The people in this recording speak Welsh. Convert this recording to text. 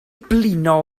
blino